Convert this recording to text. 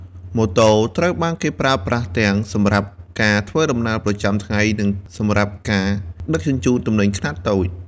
ម៉ូតូត្រូវបានប្រើប្រាស់ទាំងសម្រាប់ការធ្វើដំណើរប្រចាំថ្ងៃនិងសម្រាប់ការដឹកជញ្ជូនទំនិញខ្នាតតូច។